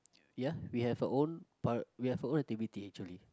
ya we have our own prior~ we have our own activity actually